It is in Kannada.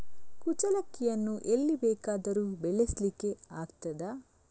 ಕುಚ್ಚಲಕ್ಕಿಯನ್ನು ಎಲ್ಲಿ ಬೇಕಾದರೂ ಬೆಳೆಸ್ಲಿಕ್ಕೆ ಆಗ್ತದ?